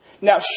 Now